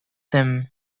them